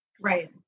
Right